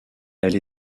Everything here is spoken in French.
elle